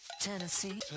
Tennessee